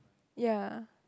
ya